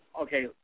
Okay